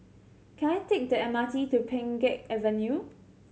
can I take the M R T to Pheng Geck Avenue